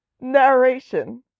narration